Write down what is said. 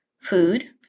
food